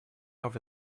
over